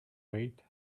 wait